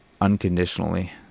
unconditionally